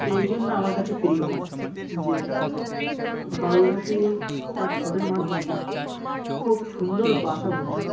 এই জন্য আমার কাছে প্রিয় যে বাবুই পাখি তার ঠোঁটের মাধ্যমে খুব সুন্দর বাসা বুনতে পারে